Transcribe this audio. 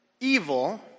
evil